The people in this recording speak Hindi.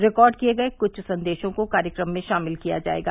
रिकॉर्ड किए गए क्छ संदेशों को कार्यक्रम में शामिल किया जाएगा